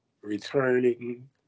returning